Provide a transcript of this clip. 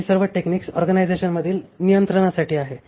तर ही सर्व टेक्निक्स ऑर्गनायझेशनमधील नियंत्रणासाठी आहेत